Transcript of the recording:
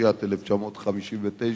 התשי"ט 1959,